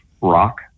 rock